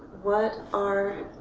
what are